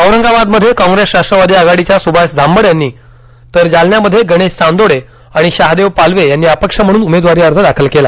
औरंगाबादमध्ये काँग्रेस राष्ट्रवादी आघाडीच्या स्भाष झांबड यांनी तर जालन्यामध्ये गणेश चांदोडे आणि शहादेव पालवे यांनी अपक्ष म्हणून उमेदवारी अर्ज दाखल केला